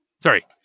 sorry